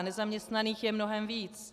Nezaměstnaných je mnohem víc.